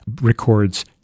records